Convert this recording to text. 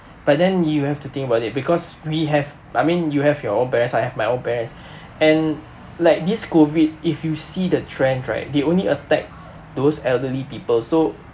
but then you have to think about it because we have I mean you have your own parents I have my own parents and like this COVID if you see the trend right they only attack those elderly people so